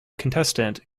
contestant